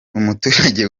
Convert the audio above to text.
umuturage